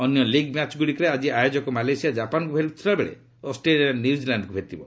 ଅନ୍ୟ ଲିଗ୍ ମ୍ୟାଚ୍ଗୁଡ଼ିକରେ ଆଜି ଆୟୋଜକ ମାଲେସିଆ ଜାପାନ୍କୁ ଭେଟୁଥିବାବେଳେ ଅଷ୍ଟ୍ରେଲିଆ ନ୍ୟୁଜିଲ୍ୟାଣ୍ଡ୍କୁ ଭେଟିବ